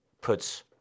puts